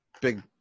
big